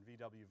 VW